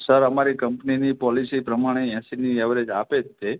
sir અમારી કંપનીની policy પ્રમાણે એંશીની એવરેજ આપે જ છે